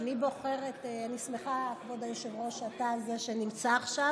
אני שמחה, כבוד היושב-ראש, שאתה זה שנמצא עכשיו,